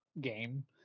game